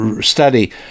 study